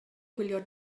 gwylio